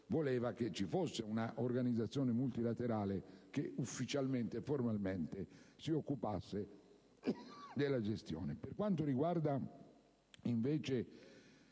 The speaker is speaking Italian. voleva la presenza di un'organizzazione multilaterale che ufficialmente e formalmente si occupasse della questione.